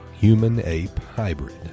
Human-Ape-Hybrid